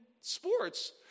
sports